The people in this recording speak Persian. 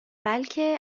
بلکه